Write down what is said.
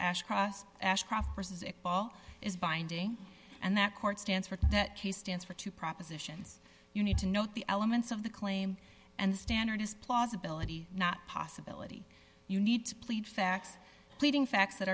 as cross ashcroft versus a ball is binding and that court stands for that case stands for two propositions you need to note the elements of the claim and the standard is plausibility not possibility you need to plead facts pleading facts that